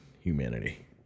Humanity